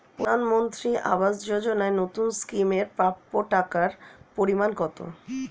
প্রধানমন্ত্রী আবাস যোজনায় নতুন স্কিম এর প্রাপ্য টাকার পরিমান কত?